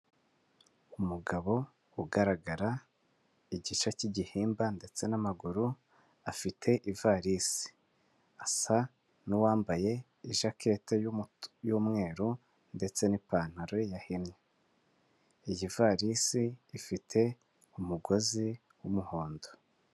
Umugabo ugaragara igice k'igihimba ndetse n'amaguru afite ivarisi asa nuwambaye ijaketi y'umweru ndetse n'ipantaro yahinnye iyi ivarisi ifite umugozi w'umuhondo.